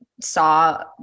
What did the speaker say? saw